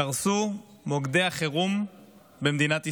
קרסו מוקדי החירום במדינת ישראל.